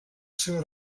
seva